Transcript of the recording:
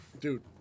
Dude